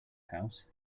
house